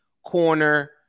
corner